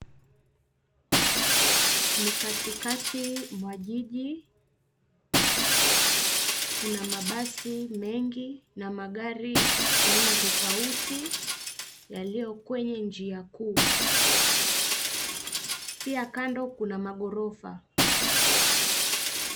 Ni katikati mwa jiji. Kuna mabasi mengi na magari aina tofauti yaliyo kwenye njia kuu. Pia kando kuna magorofa.